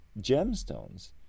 gemstones